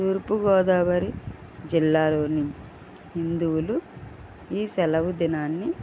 తూర్పు గోదావరి జిల్లాలోని హిందువులు ఈ సెలవు దినాన్ని